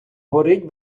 горить